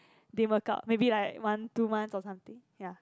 didn't work out maybe like one two months or something ya